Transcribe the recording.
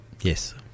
Yes